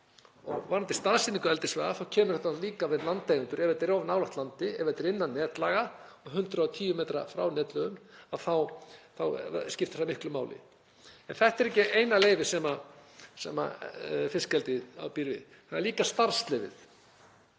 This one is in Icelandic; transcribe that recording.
væri hægt. Staðsetning eldissvæða kemur líka við landeigendur. Ef þetta er of nálægt landi, ef þetta er innan netlaga og 110 metra frá netlögum, þá skiptir það miklu máli. En þetta er ekki eina leyfið sem fiskeldið býr við. Það er líka starfsleyfi